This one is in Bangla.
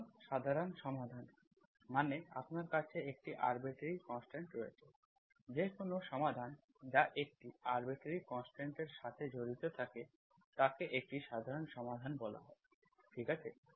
সুতরাং সাধারণ সমাধান মানে আপনার কাছে একটি আরবিট্রারি কনস্ট্যান্ট রয়েছে যে কোনও সমাধান যা একটি আরবিট্রারি কনস্ট্যান্ট এর সাথে জড়িত থাকে তাকে একটি সাধারণ সমাধান বলা হয় ঠিক আছে